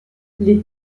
les